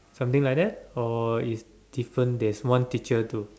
something like that or is different taste one teacher do